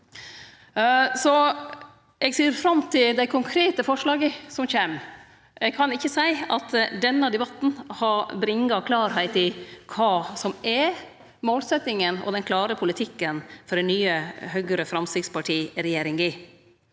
Eg ser fram til dei konkrete forslaga som kjem. Eg kan ikkje seie at denne debatten har bringa klarleik i kva som er målsetjinga og den klare politikken for den nye Høgre–Framstegsparti-regjeringa.